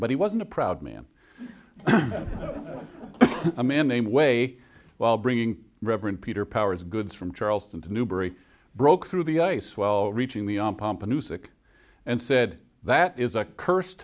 but he wasn't a proud man a man name way while bringing reverend peter powers goods from charleston to newbury broke through the ice while reaching the pump a new sick and said that is a curse